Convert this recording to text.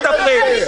אל תפריעי לי.